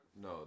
No